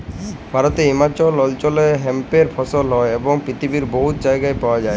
ভারতে হিমালয় অল্চলে হেম্পের ফসল হ্যয় এবং পিথিবীর বহুত জায়গায় পাউয়া যায়